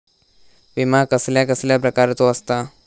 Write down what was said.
विमा कसल्या कसल्या प्रकारचो असता?